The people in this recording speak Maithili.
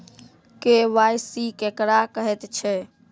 के.वाई.सी केकरा कहैत छै?